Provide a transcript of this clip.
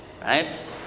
Right